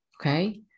Okay